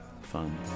fun